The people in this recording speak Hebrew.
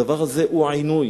הדבר הזה הוא עינוי.